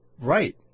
Right